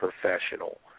Professional